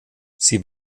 sie